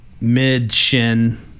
mid-shin